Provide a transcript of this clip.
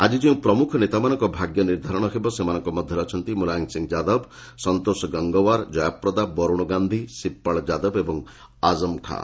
ଆଜି ଯେଉଁ ପ୍ରମ୍ରଖ ନେତାମାନଙ୍କ ଭାଗ୍ୟ ନିର୍ଦ୍ଧାରଣ ହେବ ସେମାନଙ୍କ ମଧ୍ୟରେ ଅଛନ୍ତି ମୁଲାୟମ ସିଂଯାଦବ ସନ୍ତୋଷ ଗଙ୍ଗୱାର କୟାପ୍ରଦା ବର୍ରଣ ଗାନ୍ଧି ଶିବପାଳ ଯାଦବ ଓ ଆଜମ ଖାଁ